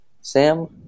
Sam